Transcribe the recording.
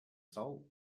salt